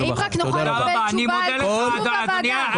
האם נוכל לקבל תשובה לשאלה לגבי הוועדה.